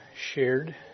shared